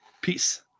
Peace